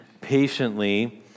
patiently